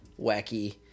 wacky